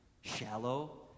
shallow